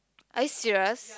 are you serious